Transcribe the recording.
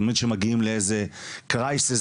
לנסות להשריש את זה ברשת,